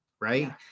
Right